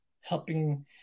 helping